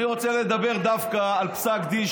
אני רוצה לדבר דווקא על פסק דין,